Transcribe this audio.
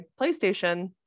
PlayStation